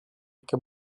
iki